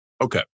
Okay